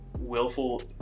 willful